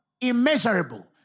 immeasurable